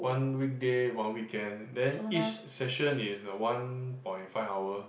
one weekday one weekend then each session is uh one point five hour